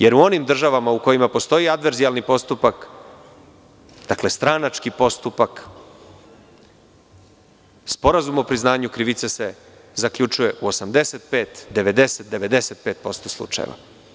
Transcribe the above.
Jer, u onim državama u kojima postoji adverzijalni postupak, dakle, stranački postupak, sporazum o priznanju krivice se zaključuje u 85%, 90%, 95% slučajeva.